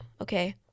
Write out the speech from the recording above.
okay